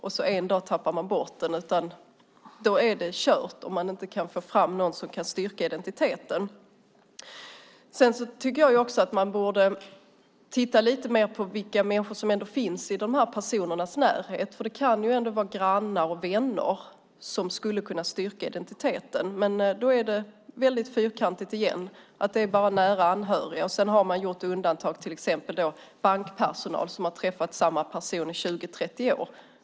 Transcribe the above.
Om man en dag tappar bort den är det kört om man inte kan få fram någon som kan styrka identiteten. Jag tycker att man borde titta mer på vilka människor som finns i dessa personers närhet. Det kan finnas grannar och vänner som skulle kunna styrka identiteten. Men då är det åter väldigt fyrkantigt - det är endast nära anhöriga som godkänns. Man har gjort vissa undantag, till exempel bankpersonal som träffat samma person i tjugo trettio år.